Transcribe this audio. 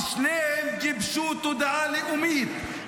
-- ושניהם גיבשו תודעה לאומית.